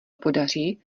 podaří